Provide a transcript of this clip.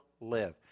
live